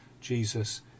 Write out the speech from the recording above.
Jesus